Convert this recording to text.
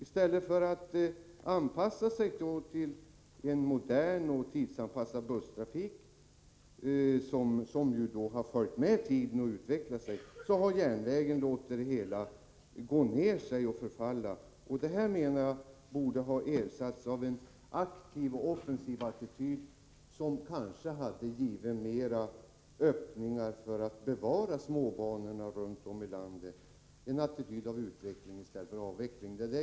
I stället för att anpassa sig till en modern och tidsanpassad busstrafik, som har följt med tiden och utvecklats, så har järnvägen låtit verksamheten gå tillbaka och förfalla. Det här borde ha ersatts av en aktiv och offensiv attityd som kanske hade givit fler öppningar för att be ra småbanorna runt om i landet, en attityd av utveckling i stället för avveckling.